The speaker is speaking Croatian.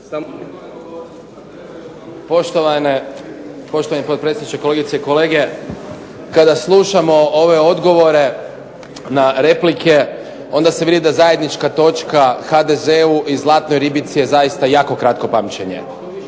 Poštovani potpredsjedniče, kolegice i kolege. Kada slušamo ove odgovore na replike onda se vidi da zajednička točka HDZ-u i zlatnoj ribici je zaista jako kratko pamćenje.